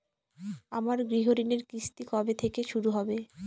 আমার গৃহঋণের কিস্তি কবে থেকে শুরু হবে?